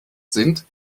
sind